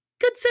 Good